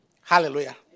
Hallelujah